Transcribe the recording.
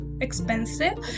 expensive